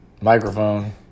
microphone